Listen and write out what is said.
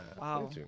Wow